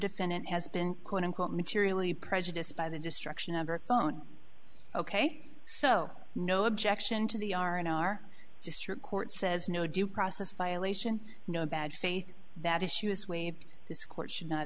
defendant has been quote unquote materially prejudiced by the destruction of our phone ok so no objection to the our in our district court says no due process violation no bad faith that issue is waived this court should not